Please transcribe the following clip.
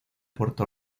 puerto